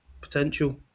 potential